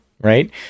right